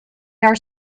are